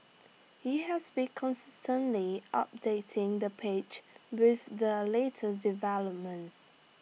he has been constantly updating the page with the latest developments